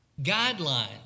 guidelines